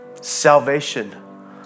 Salvation